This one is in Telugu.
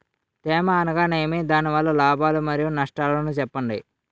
తేమ అనగానేమి? దాని వల్ల లాభాలు మరియు నష్టాలను చెప్పండి?